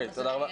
תודה רבה.